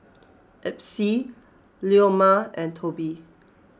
Epsie Leoma and Tobi